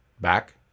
Back